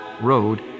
road